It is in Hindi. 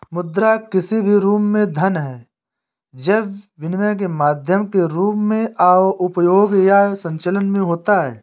मुद्रा किसी भी रूप में धन है जब विनिमय के माध्यम के रूप में उपयोग या संचलन में होता है